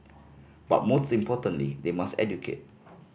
but most importantly they must educate